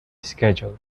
scheduled